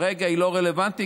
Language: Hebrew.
כרגע היא לא רלוונטית,